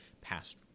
past